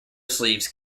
sleeves